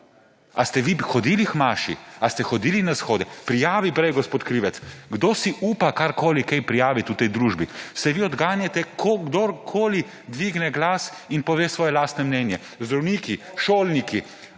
Ali ste vi hodili k maši? Ali ste hodili na shode? »Prijavi,« pravi gospod Krivec. Kdo si upa karkoli prijaviti v tej družbi? Saj vi odganjate kogarkoli, ki dvigne glas in pove svoje lastno mnenje − zdravniki, šolniki,